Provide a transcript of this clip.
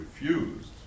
refused